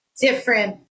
different